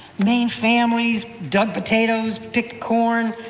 maine families dug potatoes, picked corn,